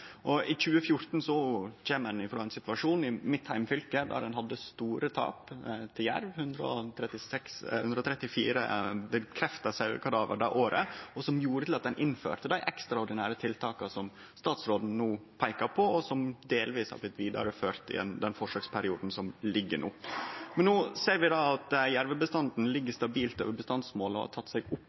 I 2014 kom ein frå ein situasjon i mitt heimfylke der ein hadde store tap til jerv – 126 bekrefta sauekadaver det året – som gjorde at ein innførte dei ekstraordinære tiltaka som statsråden no peiker på, og som delvis har blitt vidareførte i forsøksperioden som ligg no. No ser vi at jervbestanden ligg stabilt over bestandsmåla og har teke seg opp